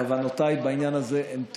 כוונותיי בעניין הזה הן טהורות.